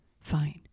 fine